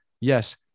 yes